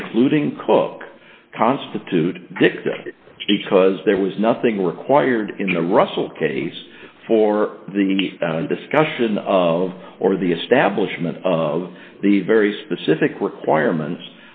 including cook constitute because there was nothing required in the russell case for the discussion of or the establishment of the very specific